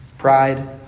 Pride